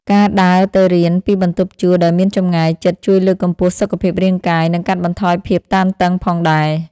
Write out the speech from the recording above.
ការដើរទៅរៀនពីបន្ទប់ជួលដែលមានចម្ងាយជិតជួយលើកកម្ពស់សុខភាពរាងកាយ និងកាត់បន្ថយភាពតានតឹងផងដែរ។